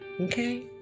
Okay